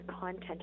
content